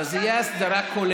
אבל זו תהיה הסדרה כוללת,